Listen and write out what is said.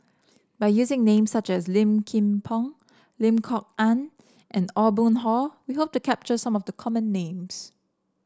by using names such as Low Kim Pong Lim Kok Ann and Aw Boon Haw we hope to capture some of the common names